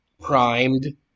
Primed